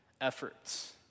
efforts